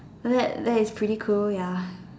that that is pretty cool ya